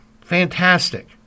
Fantastic